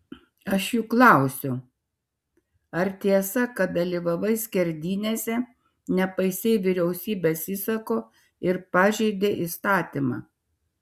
aš juk klausiu ar tiesa kad dalyvavai skerdynėse nepaisei vyriausybės įsako ir pažeidei įstatymą